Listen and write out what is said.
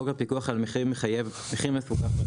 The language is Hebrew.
חוק הפיקוח על מחיר מחייב מחיר מפוקח,